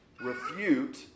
Refute